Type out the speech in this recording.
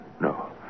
No